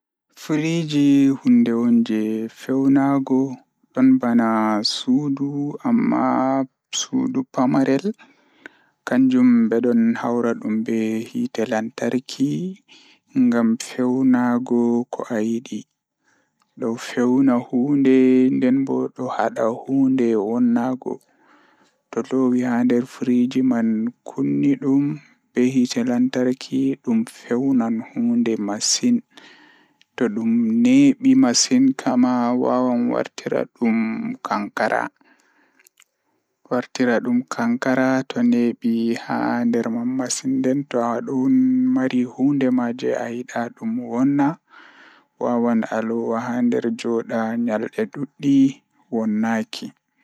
Refrijireytor o waɗa laawol firti nguurndam fiyaangu. Ko rewɓe njiddaade ko laawol, ngam njamaaji sabu nguurndam fiyaangu.